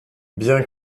bien